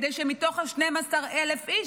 כדי שמתוך ה-12,000 איש,